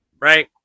right